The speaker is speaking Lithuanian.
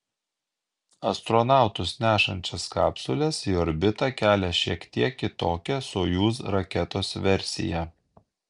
astronautus nešančias kapsules į orbitą kelia šiek tiek kitokia sojuz raketos versija